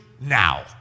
now